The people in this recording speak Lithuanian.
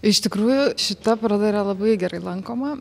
iš tikrųjų šita paroda yra labai gerai lankoma